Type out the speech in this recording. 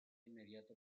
inmediato